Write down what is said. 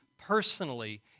personally